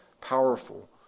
powerful